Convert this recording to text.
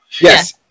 Yes